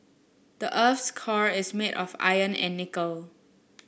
the earth's core is made of iron and nickel